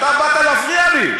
אתה באת להפריע לי.